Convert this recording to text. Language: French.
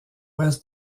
ouest